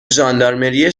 ژاندارمری